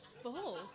full